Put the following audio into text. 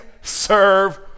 serve